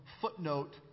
footnote